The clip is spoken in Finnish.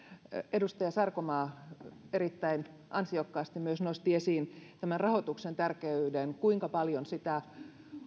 edustaja sarkomaa erittäin ansiokkaasti nosti esiin myös tämän rahoituksen tärkeyden ja kuinka paljon sitä